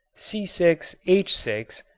c six h six,